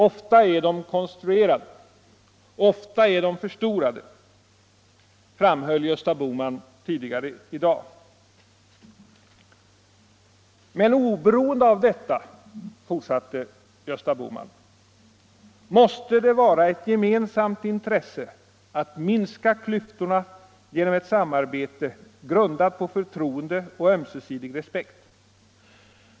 Ofta är de konstruerade, ofta är de förstorade”, framhöll Gösta Bohman tidigare i dag. ”Men oberoende av detta”, fortsatte Gösta Bohman, ”måste det vara ett gemensamt intresse att minska klyftorna genom ett samarbete grundat på förtroende och ömsesidig respekt.